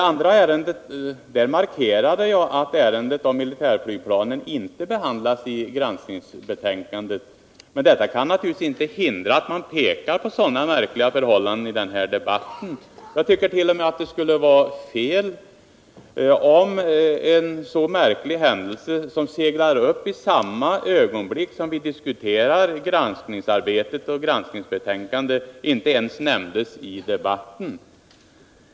Jag markerade att ärendet om militärflygplanen inte behandlades i granskningsbetänkandet, men detta kan naturligtvis inte hindra att man pekar på sådana märkliga förhållanden i den här debatten. Jag tycker t.o.m. att det skulle vara fel om en så märklig händelse, som seglar upp i samma ögonblick som vi diskuterar granskningsarbetet och granskningsbetänkandet, inte ens nämndes i debatten.